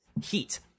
heat